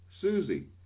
Susie